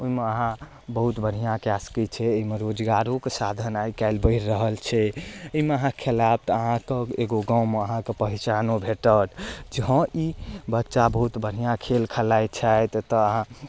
ओइमे अहाँ बहुत बढ़िआँ कए सकै छियै अइमे रोजगारोके साधन आइ काल्हि बढ़ि रहल छै अइमे अहाँ खेलायब तऽ अहाँके एगो गाँवमे अहाँके पहिचानो भेटत हँ ई बच्चा बहुत बढ़िआँ खेल खेलाइ छथि एत्तऽ अहाँ